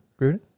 Gruden